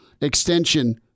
extension